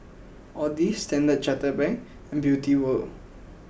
Audi Standard Chartered Bank and Beauty wall